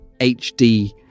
HD